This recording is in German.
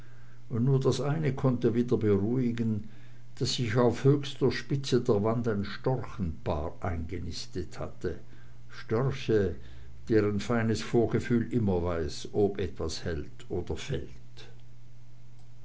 und nur das eine konnte wieder beruhigen daß sich auf höchster spitze der wand ein storchenpaar eingenistet hatte störche deren feines vorgefühl immer weiß ob etwas hält oder fällt